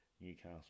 Newcastle